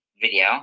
video